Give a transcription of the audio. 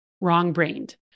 wrong-brained